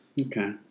okay